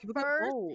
first